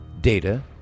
Data